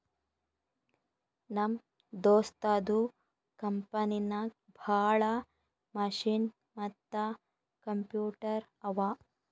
ನಮ್ ದೋಸ್ತದು ಕಂಪನಿನಾಗ್ ಭಾಳ ಮಷಿನ್ ಮತ್ತ ಕಂಪ್ಯೂಟರ್ ಅವಾ